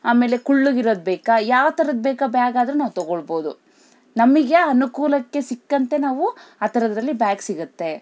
ಆಮೇಲೆ ಕುಳ್ಳಗಿರೋದು ಬೇಕಾ ಯಾವ್ತರದು ಬೇಕಾ ಬ್ಯಾಗಾದರು ನಾವು ತೊಗೊಳ್ಬೋದು ನಮಿಗೆ ಅನುಕೂಲಕ್ಕೆ ಸಿಕ್ಕಂತೆ ನಾವು ಆ ಥರದ್ರಲ್ಲಿ ಬ್ಯಾಗ್ ಸಿಗುತ್ತೆ